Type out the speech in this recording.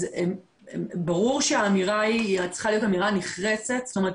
אז ברור שהאמירה צריכה להיות אמירה נחרצת כלומר,